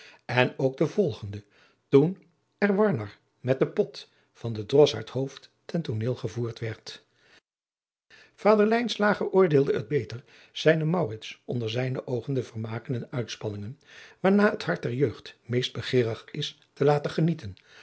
en ook den volgenden toen er warenar met de pot van den drossaard hooft ten tooneel gevoerd werd vader lijnslager oordeelde het beter zijnen maurits onder zijne oogen de vermaken en uitspanningen waarnaar het hart der jeugd meest begeerig is te laten genieten